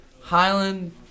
Highland